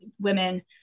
women